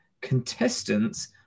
contestants